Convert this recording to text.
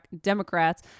Democrats